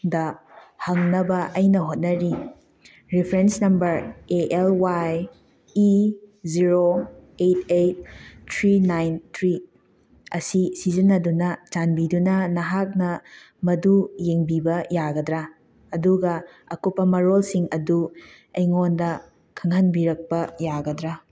ꯗ ꯍꯪꯅꯕ ꯑꯩꯅ ꯍꯣꯠꯅꯔꯤ reference number A L Y E zero eight eight three nine three ꯑꯁꯤ ꯁꯤꯖꯤꯟꯅꯗꯨꯅ ꯆꯥꯟꯕꯤꯗꯨꯅ ꯅꯍꯥꯛꯅ ꯃꯗꯨ ꯌꯦꯡꯕꯤꯕ ꯌꯥꯒꯗ꯭ꯔꯥ ꯑꯗꯨꯒ ꯑꯀꯨꯞꯄ ꯃꯔꯣꯜꯁꯤꯡ ꯑꯗꯨ ꯑꯩꯉꯣꯟꯗ ꯈꯪꯍꯟꯕꯤꯔꯛꯄ ꯌꯥꯒꯗ꯭ꯔꯥ